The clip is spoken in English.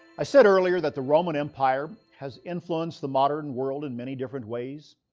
i said earlier that the roman empire has influenced the modern world in many different ways.